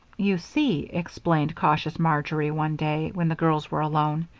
you see, explained cautious marjory, one day when the girls were alone,